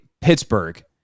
Pittsburgh